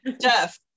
Jeff